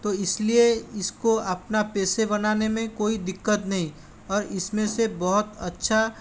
तो इसलिए इसको अपना पैसे बनाने में कोई दिक्कत नहीं और इसमें से बहुत अच्छा